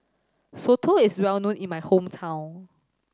Soto is well known in my hometown